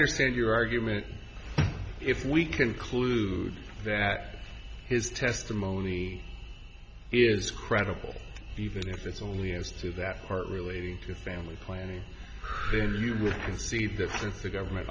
understand your argument if we conclude that his testimony is credible even if it's only as to that part relating to family planning then you would concede that the government